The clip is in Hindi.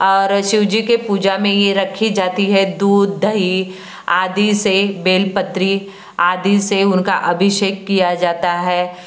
और शिव जी के पूजा मे ये रखी जाती है दूध दही आदि से बेलपत्री आदि से उनका अभिषेक किया जाता है